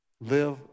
Live